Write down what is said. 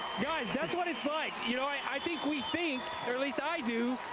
guys, that's what it's like. you know i think we think at least i do